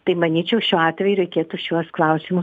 tai manyčiau šiuo atveju reikėtų šiuos klausimus